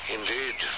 Indeed